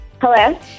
Hello